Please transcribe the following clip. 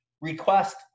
Request